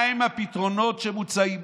מהם הפתרונות שמוצעים?